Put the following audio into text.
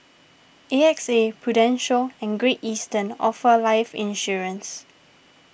A X A Prudential and Great Eastern offer life insurance